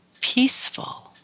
peaceful